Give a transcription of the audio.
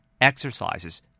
exercises